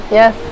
yes